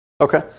Okay